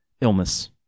illness